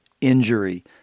injury